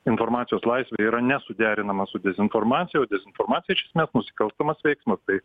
informacijos laisvė yra nesuderinama su dezinformacija o dezinformacija iš esmės nusiklstamas veiksmas tai